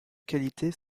qualités